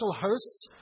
hosts